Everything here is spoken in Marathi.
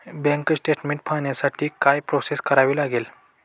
बँक स्टेटमेन्ट पाहण्यासाठी काय प्रोसेस करावी लागेल?